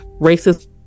racist